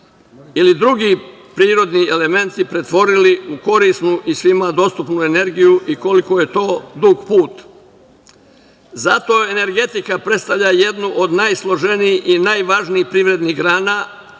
ili drugi prirodni elementi pretvorili u korisnu i svima dostupnu energiju i koliko je to dug put. Zato, energetika predstavlja jednu od najsloženijih i najvažnijih privrednih grana